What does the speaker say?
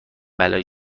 بلایی